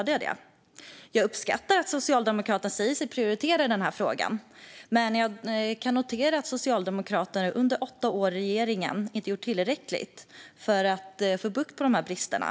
Jag uppskattar att Socialdemokraterna säger sig prioritera frågan, men jag kan notera att Socialdemokraterna under åtta år i regering inte gjort tillräckligt för att få bukt med de här bristerna.